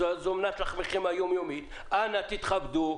זו מנת לחמכם היומיומית אנא תתכבדו,